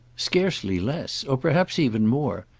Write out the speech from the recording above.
scarcely less. or perhaps even more.